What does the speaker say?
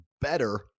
better